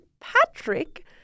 Patrick